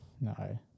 no